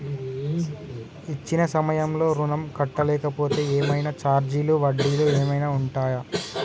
ఇచ్చిన సమయంలో ఋణం కట్టలేకపోతే ఏమైనా ఛార్జీలు వడ్డీలు ఏమైనా ఉంటయా?